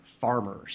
farmers